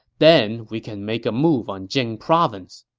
then we can make a move on jing province.